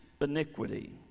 iniquity